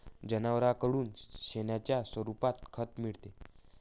जनावरांकडून शेणाच्या स्वरूपात खत मिळते